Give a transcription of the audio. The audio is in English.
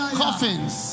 coffins